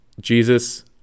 Jesus